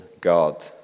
God